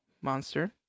monster